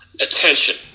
attention